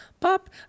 Pop